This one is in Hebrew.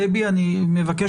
דבי, אני מתנצל,